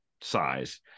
size